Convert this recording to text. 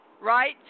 Right